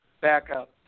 backup